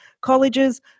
colleges